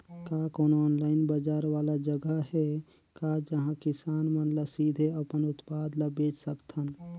का कोनो ऑनलाइन बाजार वाला जगह हे का जहां किसान मन ल सीधे अपन उत्पाद ल बेच सकथन?